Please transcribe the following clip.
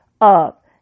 up